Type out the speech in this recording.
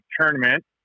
tournament